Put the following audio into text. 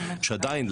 שעדיין,